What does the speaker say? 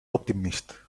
optimist